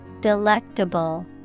Delectable